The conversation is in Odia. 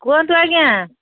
କୁହନ୍ତୁ ଆଜ୍ଞା